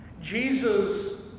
Jesus